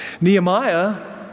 Nehemiah